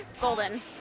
Golden